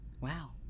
wow